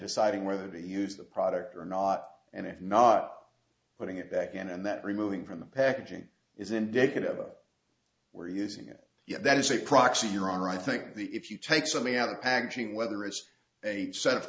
deciding whether to use the product or not and if not putting it back in and that removing from the packaging is indicative of where using it yet that is a proxy your honor i think the if you take something out of packaging whether it's a set of